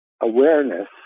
Awareness